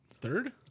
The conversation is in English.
Third